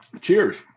Cheers